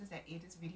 ya